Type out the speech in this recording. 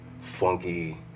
funky